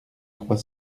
trois